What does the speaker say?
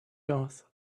yours